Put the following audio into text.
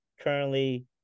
currently